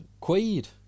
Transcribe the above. Quaid